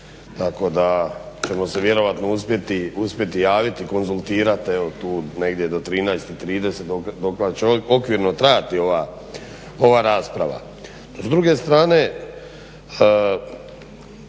tako da ćemo se vjerojatno uspjeti javiti i konzultirati tu negdje do 13,30 dokada će okvirno trajati ova rasprava.